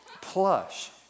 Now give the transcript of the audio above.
plush